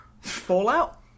Fallout